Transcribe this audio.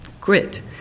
grit